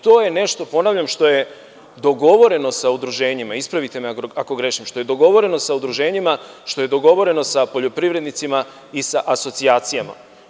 To je nešto, ponavljam, što je dogovoreno sa udruženjima, ispravite me ako grešim, što je dogovoreno sa poljoprivrednicima i sa asocijacijama.